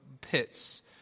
pits